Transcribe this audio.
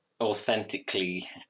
authentically